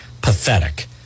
Pathetic